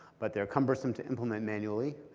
but they're cumbersome to implement manually.